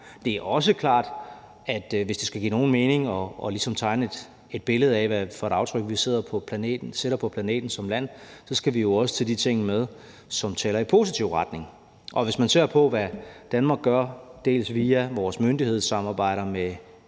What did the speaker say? Det er også klart, at hvis det skal give nogen mening ligesom at tegne et billede af, hvad det er for et aftryk, vi som land sætter på planeten, skal vi også tage de ting med, som trækker i en positiv retning. Og hvis man ser på, hvad Danmark gør, bl.a. via vores myndighedssamarbejder med 19